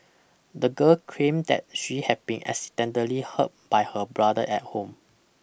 the girl claimed that she had been accidentally hurt by her brother at home